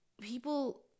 people